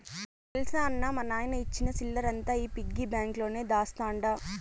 తెల్సా అన్నా, మా నాయన ఇచ్చిన సిల్లరంతా ఈ పిగ్గి బాంక్ లోనే దాస్తండ